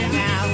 now